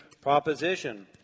proposition